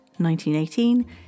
1918